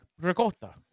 ricotta